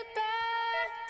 back